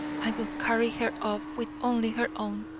i will carry her off with only her own.